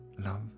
love